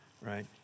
right